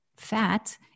fat